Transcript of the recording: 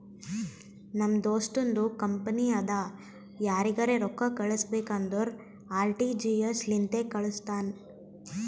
ನಮ್ ದೋಸ್ತುಂದು ಕಂಪನಿ ಅದಾ ಯಾರಿಗರೆ ರೊಕ್ಕಾ ಕಳುಸ್ಬೇಕ್ ಅಂದುರ್ ಆರ.ಟಿ.ಜಿ.ಎಸ್ ಲಿಂತೆ ಕಾಳುಸ್ತಾನ್